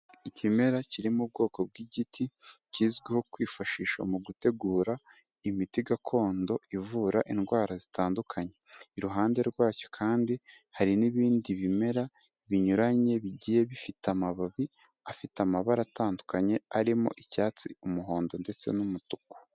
Ikimera kiri mu bwoko bw'igiti, kizwiho kwifashisha mu gutegura imiti gakondo ivura indwara zitandukanye, iruhande rwacyo kandi hari n'ibindi bimera binyuranye bigiye bifite amababi afite amabara atandukanye, arimo icyatsi, umuhondo ndetse n'umutuku.